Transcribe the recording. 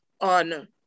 on